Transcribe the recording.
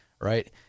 right